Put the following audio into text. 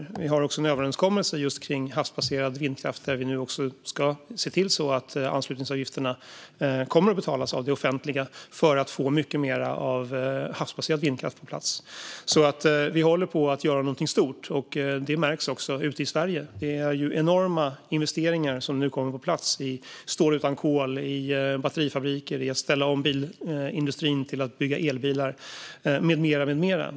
Det finns nu också en överenskommelse om havsbaserad vindkraft där vi ska se till att anslutningsavgifterna kommer att betalas av det offentliga för att få mycket mer havsbaserad vindkraft på plats. Vi håller på att göra något stort, och det märks i Sverige. Enorma investeringar kommer nu på plats i form av stål utan kol, i batterifabriker, i att ställa om bilindustrin till att bygga elbilar med mera.